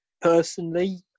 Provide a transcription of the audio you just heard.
personally